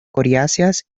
coriáceas